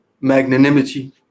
magnanimity